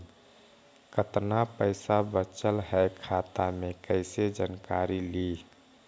कतना पैसा बचल है खाता मे कैसे जानकारी ली?